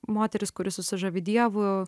moteris kuri susižavi dievu